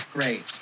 Great